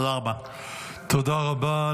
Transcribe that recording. תודה רבה.